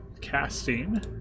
casting